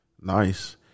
Nice